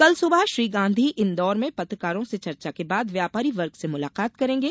कल सुबह श्री गांधी इंदौर में पत्रकारों से चर्चा के बाद व्यापारी वर्ग से मुलाकात करेंगे